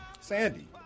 Sandy